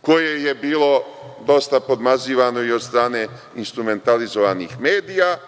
koje je bilo dosta podmazivano i od strane instrumentalizovanih medija,